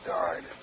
died